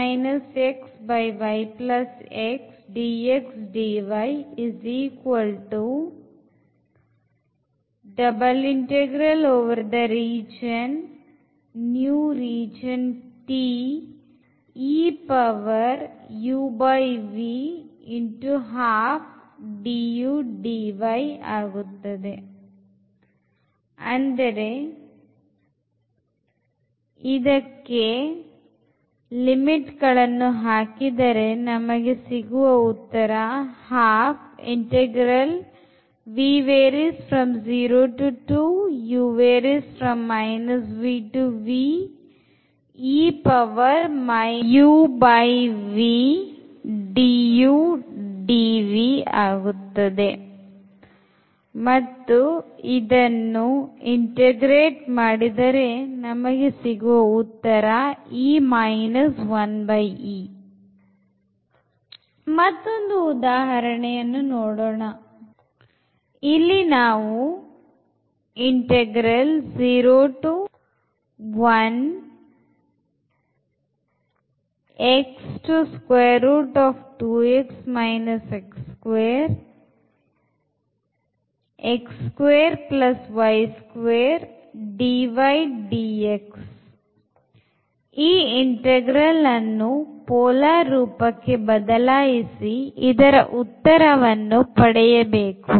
ಮತ್ತೊಂದು ಉದಾಹರಣೆ ಈ integralಅನ್ನು ಪೋಲಾರ್ ರೂಪಕ್ಕೆ ಬದಲಾಯಿಸಿ ಇದರ ಉತ್ತರವನ್ನು ಪಡೆಯಬೇಕು